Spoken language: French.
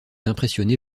impressionné